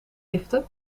liften